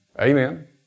Amen